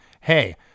Hey